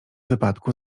wypadku